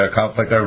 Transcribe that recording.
conflict